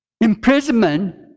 Imprisonment